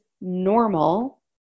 normal